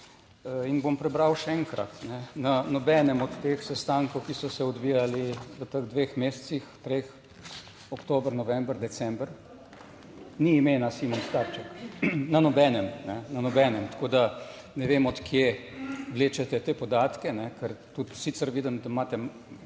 In bom prebral še enkrat, na nobenem od teh sestankov, ki so se odvijali v teh dveh mesecih, treh, oktober, november, december, ni imena Simon Trček, na nobenem? Na nobenem. Tako da, ne vem, od kje vlečete te podatke, ker tudi sicer vidim, da imate